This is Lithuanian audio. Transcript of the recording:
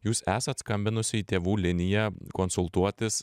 jūs esat skambinusi į tėvų liniją konsultuotis